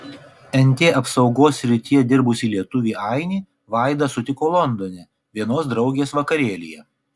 nt apsaugos srityje dirbusį lietuvį ainį vaida sutiko londone vienos draugės vakarėlyje